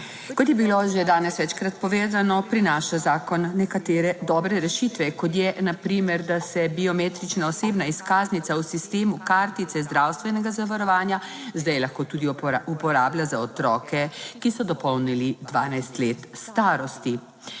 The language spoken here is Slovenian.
Kot je bilo že danes večkrat povedano, prinaša zakon nekatere dobre rešitve kot je na primer, da se biometrična osebna izkaznica v sistemu kartice zdravstvenega zavarovanja zdaj lahko tudi uporablja za otroke, ki so dopolnili 12 let starosti.